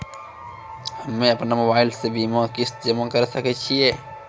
हम्मे अपन मोबाइल से बीमा किस्त जमा करें सकय छियै?